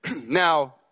Now